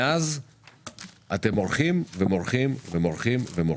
כשמאז אתם מורחים ומורחים ומורחים ומורחים.